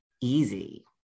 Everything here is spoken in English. easy